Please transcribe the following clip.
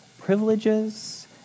privileges